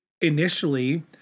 initially